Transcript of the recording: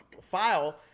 file